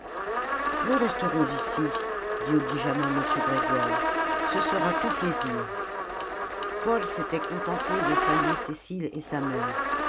nous resterons ici dit obligeamment m grégoire ce sera tout plaisir paul s'était contenté de saluer cécile et sa mère